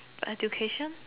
education